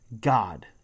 God